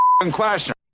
question